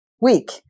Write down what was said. week